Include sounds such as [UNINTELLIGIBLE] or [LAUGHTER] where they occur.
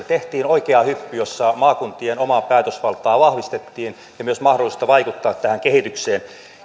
[UNINTELLIGIBLE] tehtiin oikea hyppy jossa maakuntien omaa päätösvaltaa vahvistettiin ja myös mahdollisuutta vaikuttaa tähän kehitykseen